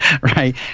right